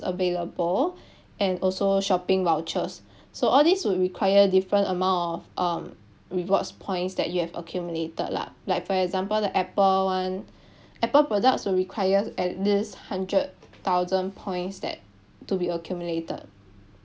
available and also shopping vouchers so all these would require different amount of um rewards points that you have accumulated lah like for example the apple one apple products will require at least hundred thousand points that to be accumulated